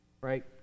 Right